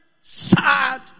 sad